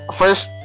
first